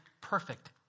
perfect